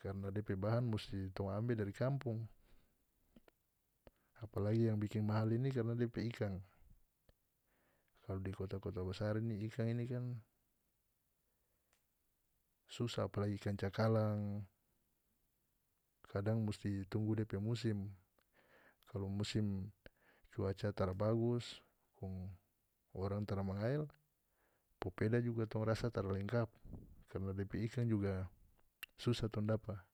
karna depe bahan musti tong ambe dari kampung apalagi yang bikin mahal ini karna depe ikan kalu di kota-kota basar ini ikan ini kan susah apalagi ikan cakalang kadang musti tunggu depe musim kalu musim cuaca tara bagus kong orang tara mangael popeda juga tong rasa tara lengkap karna depe ikan juga susah tong dapa.